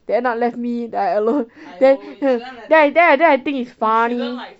then ah left me then I alone then then then I then I think it's funny